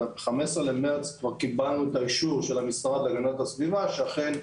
וב-15 במרץ קיבלנו את האישור של המשרד להגנת הסביבה שאכן,